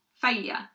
Failure